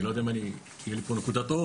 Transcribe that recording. אני לא יודע אם תהיה לי פה נקודת אור